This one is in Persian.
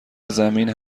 زمین